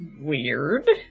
Weird